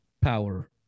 power